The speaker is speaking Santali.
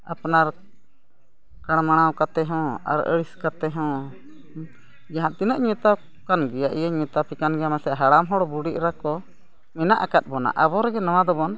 ᱟᱯᱱᱟᱨ ᱠᱟᱲᱢᱟᱲᱟᱣ ᱠᱟᱛᱮᱫ ᱦᱚᱸ ᱟᱨ ᱟᱹᱲᱤᱥ ᱠᱟᱛᱮᱫ ᱦᱚᱸ ᱡᱟᱦᱟᱸ ᱛᱤᱱᱟᱹᱜ ᱢᱮᱛᱟ ᱠᱚ ᱠᱟᱱ ᱜᱮᱭᱟ ᱤᱧᱤᱧ ᱢᱮᱛᱟ ᱯᱮ ᱠᱟᱱ ᱜᱮᱭᱟ ᱢᱟᱥᱮ ᱦᱟᱲᱟᱢ ᱦᱚᱲ ᱵᱩᱰᱷᱤ ᱮᱨᱟ ᱠᱚ ᱢᱮᱱᱟᱜ ᱟᱠᱟᱫ ᱵᱚᱱᱟ ᱟᱵᱚ ᱨᱮᱜᱮ ᱱᱚᱣᱟ ᱫᱚᱵᱚᱱ